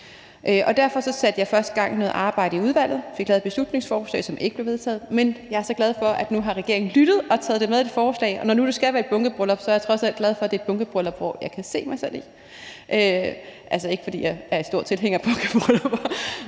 derfor satte jeg først gang i noget arbejde i udvalget og fik lavet et beslutningsforslag, som ikke blev vedtaget. Men jeg er så glad for, at regeringen nu har lyttet og taget det med i et forslag. Og når nu det skal være bunkebryllup, er jeg trods alt glad for, at det er et bunkebryllup, som jeg kan se mig selv i. Altså, det er ikke, fordi jeg er stor tilhænger af bunkebryllupper,